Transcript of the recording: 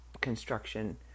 construction